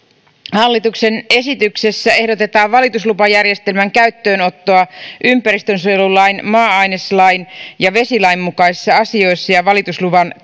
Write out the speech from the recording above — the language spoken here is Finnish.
hallituksen esityksessä ehdotetaan valituslupajärjestelmän käyttöönottoa ympäristönsuojelulain maa aineslain ja vesilain mukaisissa asioissa ja ja valitusluvan